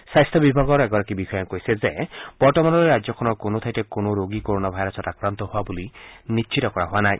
স্বাস্থ্য বিভাগৰ এগৰাকী বিষয়াই কৈছে যে বৰ্তমানলৈ ৰাজ্যখনৰ কোনো ঠাইতে কোনো ৰোগী কৰনা ভাইৰাছত আক্ৰান্ত হোৱা বুলি নিশ্চিত কৰা হোৱা নাই